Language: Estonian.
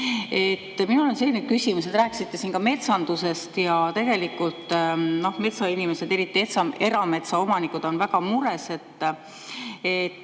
Minul on selline küsimus. Te rääkisite siin ka metsandusest ja tegelikult metsainimesed, eriti erametsaomanikud on väga mures, et